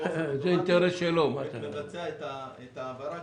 באופן אוטומטי נבצע את העברה,